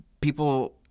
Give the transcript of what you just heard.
People